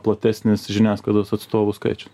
platesnis žiniasklaidos atstovų skaičius